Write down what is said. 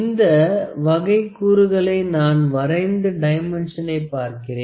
இந்த வகை கூறுகளை நான் வரைந்து டைமென்ஷனை பார்க்கிறேன்